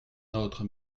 notre